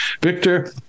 Victor